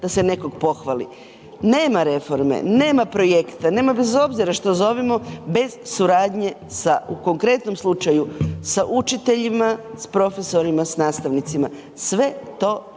da se nekog pohvali. Nema reforme, nema projekta, nema bez obzira što zovemo bez suradnje sa, u konkretnom slučaju, sa učiteljima, s profesorima, s nastavnicima, sve to čine